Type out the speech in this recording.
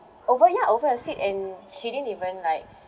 over ya over a seat and she didn't even like